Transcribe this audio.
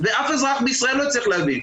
ואף אזרח בישראל לא הצליח להבין.